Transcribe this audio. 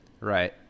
Right